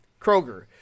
Kroger